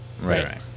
Right